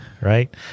right